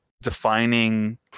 defining